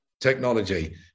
technology